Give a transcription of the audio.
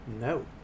No